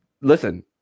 listen